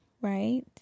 right